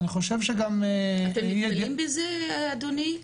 אתם נתקלים בזה אדוני?